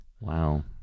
Wow